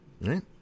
Right